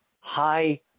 high